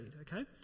okay